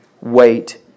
wait